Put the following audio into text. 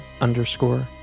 underscore